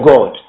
God